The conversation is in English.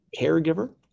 caregiver